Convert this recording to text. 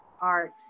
art